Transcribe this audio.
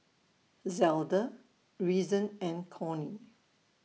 Zelda Reason and Cornie